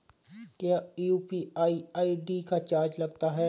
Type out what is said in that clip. क्या UPI ID का charge लगता है?